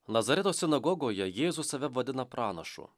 nazareto sinagogoje jėzus save vadina pranašu